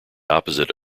opposite